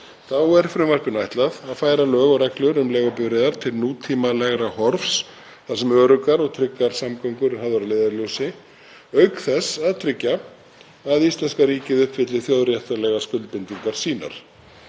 Þá er frumvarpinu ætlað að færa lög og reglur um leigubifreiðar til nútímalegra horfs þar sem öruggar og tryggar samgöngur eru hafðar að leiðarljósi auk þess að tryggja að íslenska ríkið uppfylli þjóðréttarlegar skuldbindingar sínar.